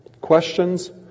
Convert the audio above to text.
Questions